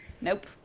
Nope